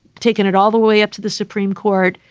taken it all the way up to the supreme court.